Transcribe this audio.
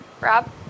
rob